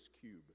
Cube